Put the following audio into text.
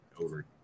over